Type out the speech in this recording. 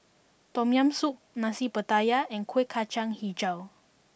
Tom Yam Soup Nasi Pattaya and Kueh Kacang HiJau